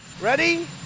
Ready